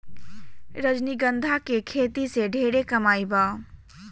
रजनीगंधा के खेती से ढेरे कमाई बा